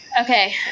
okay